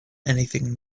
anything